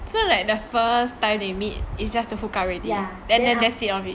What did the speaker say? so like the first time they meet it's just to hook up already then that's the end of it